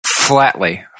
Flatly